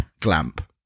glamp